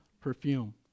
perfume